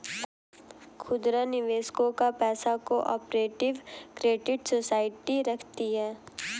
खुदरा निवेशकों का पैसा को ऑपरेटिव क्रेडिट सोसाइटी रखती है